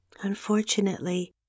Unfortunately